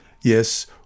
yes